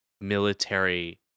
military